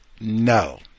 No